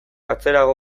atzerago